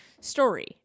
Story